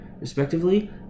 respectively